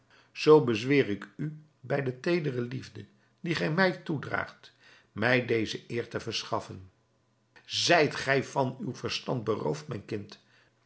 zoo bezweer ik u bij de teedere liefde die gij mij toedraagt mij deze eer te verschaffen zijt gij van uw verstand beroofd mijn kind